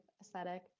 aesthetic